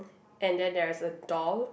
and then there is a doll